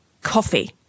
coffee